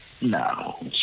No